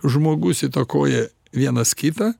žmogus įtakoja vienas kitą